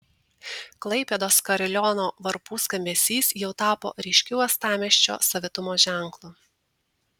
klaipėdos kariliono varpų skambesys jau tapo ryškiu uostamiesčio savitumo ženklu